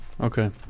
Okay